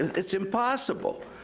it's impossible!